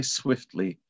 swiftly